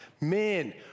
Man